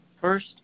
First